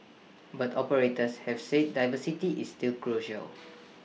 but operators have said diversity is still crucial